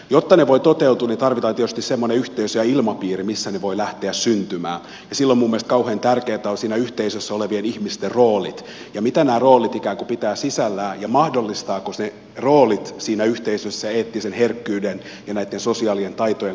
jotta ne voivat toteutua tarvitaan tietysti semmoinen yhteisö ja ilmapiiri missä ne voivat lähteä syntymään ja silloin minun mielestäni kauhean tärkeitä ovat siinä yhteisössä olevien ihmisten roolit ja se mitä nämä roolit ikään kuin pitävät sisällään ja mahdollistavatko ne roolit siinä yhteisössä eettisen herkkyyden ja näitten sosiaalisten taitojen kasvamisen ja kehittymisen